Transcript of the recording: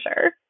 sure